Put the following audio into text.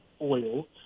oil